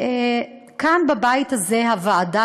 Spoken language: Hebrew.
כאן, בבית הזה, הוועדה